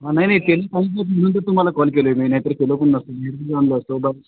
हां नाही नाही केलं पाहिजे म्हणून तर तुम्हाला कॉल केलो आहे मी नाही तर केलो पण नसतो आणलं असतो बरं